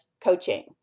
coaching